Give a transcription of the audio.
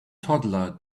toddler